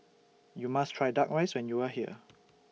YOU must Try Duck Rice when YOU Are here